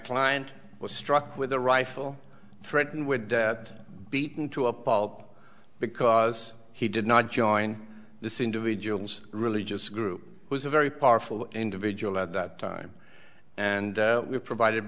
client was struck with a rifle threatened with debt beaten to a pulp because he did not join this individual's religious group was a very powerful individual at that time and we provided